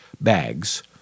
bags